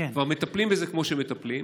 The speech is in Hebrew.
כבר מטפלים בזה כמו שמטפלים,